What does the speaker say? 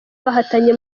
bahatanye